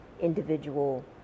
individual